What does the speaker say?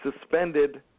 suspended